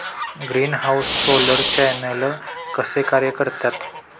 Greenhouse solar channel कसे कार्य करतात?